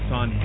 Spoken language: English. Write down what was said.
on